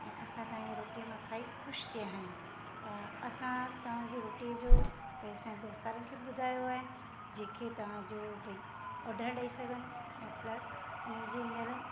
ऐं तव्हां जी रोटीअ मां खाई ख़ुशि थी विया त असां तव्हांजी रोटीअ जो पंहिंजे सॼे दोस्त यारनि खे बि ॿुधायो आहे जेके तव्हां जो भाई ऑडर ॾेई सघनि ऐं प्लस उन जी हीअंर